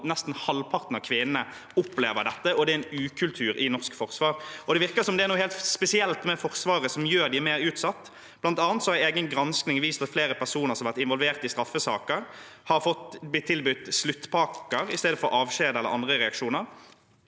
nesten halvparten av kvinnene opplever dette, og det er en ukultur i norsk forsvar. Det virker som det er noe helt spesielt med Forsvaret som gjør dem mer utsatt. Blant annet har en egen gransking vist at flere personer som har vært involvert i straffesaker, har blitt tilbudt sluttpakker i stedet for avskjed eller andre reaksjoner.